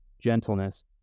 gentleness